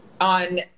on